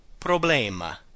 problema